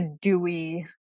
dewy